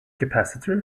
capacitor